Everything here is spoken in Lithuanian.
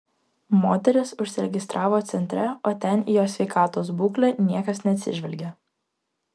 moteris užsiregistravo centre o ten į jos sveikatos būklę niekas neatsižvelgia